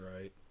Right